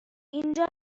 اینجا